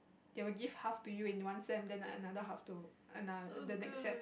they will give half to you in one sem and then another half to anoth~ the next sem